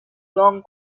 long